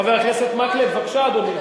חבר הכנסת מקלב, בבקשה, אדוני.